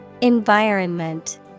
Environment